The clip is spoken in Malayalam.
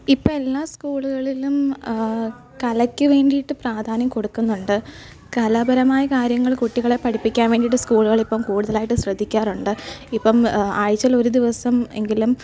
ഇപ്പോൾ എല്ലാ സ്കൂളുകളിലും കലക്ക് വേണ്ടിയിട്ട് പ്രാധാന്യം കൊടുക്കുന്നുണ്ട് കലാപരമായ കാര്യങ്ങൾ കുട്ടികളെ പഠിപ്പിക്കാൻ വേണ്ടിയിട്ട് സ്കൂളുകൾ ഇപ്പം കൂടുതലായിട്ട് ശ്രദ്ധിക്കാറുണ്ട് ഇപ്പം ആഴ്ചയിൽ ഒരു ദിവസം എങ്കിലും